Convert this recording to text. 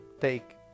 take